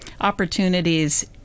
opportunities